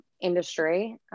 industry